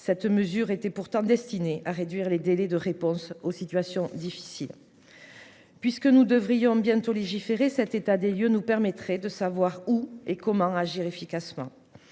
Cette mesure était pourtant destiné à réduire les délais de réponse aux situations difficiles. Puisque nous devrions bientôt légiférer cet état des lieux, nous permettrait de savoir où et comment agir efficacement.